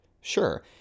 Sure